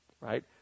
right